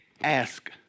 ask